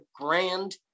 grand